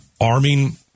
arming